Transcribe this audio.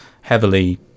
heavily